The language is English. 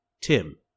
Tim